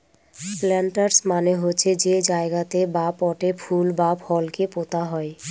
planters মানে হচ্ছে যে জায়গাতে বা পটে ফুল বা ফলকে পোতা হয়